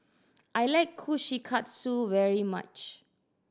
I like Kushikatsu very much